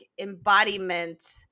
embodiment